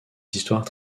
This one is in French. histoires